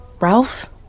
Ralph